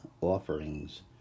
offerings